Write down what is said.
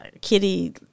Kitty